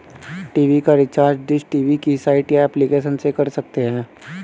TV का recharge dish TV की site या एप्लीकेशन से कर सकते है